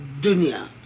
dunya